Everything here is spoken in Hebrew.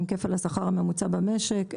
עם כפל השכר הממוצע במשק,